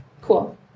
cool